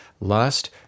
lust